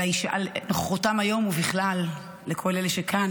על נוכחותם היום ובכלל לכל אלה שכאן,